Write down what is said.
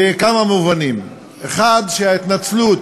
בכמה מובנים: 1. שההתנצלות